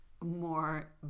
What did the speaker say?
more